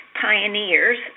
pioneers